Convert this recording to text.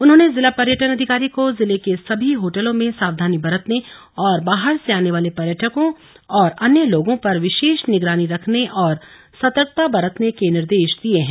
उन्होंने जिला पर्यटन अधिकारी को जिले के सभी होटलों में सावधानी बरतने और बाहर से आने वाले पर्यटको ंऔर अन्य लोगों पर विशेष निगरानी रखने और सतर्कता बरतने के निर्देश दिये हैं